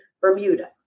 Bermuda